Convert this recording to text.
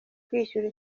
kwishyira